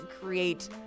create